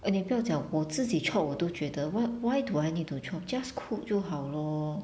orh 你不要讲我自己 chop 我都觉得 why why do I need to chop just cook 就好 lor